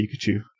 Pikachu